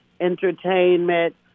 entertainment